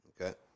okay